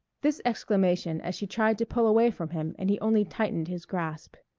this exclamation as she tried to pull away from him and he only tightened his grasp.